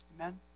Amen